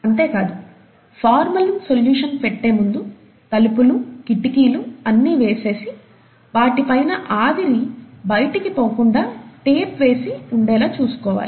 అంతేకాదు formalin solution పెట్టేముందు తలుపులు కిటికీలు అన్ని వేసేసి వాటి పైన ఆవిరి బైటికి పోకుండా టేప్ వేసి ఉండేలా చూసుకోవాలి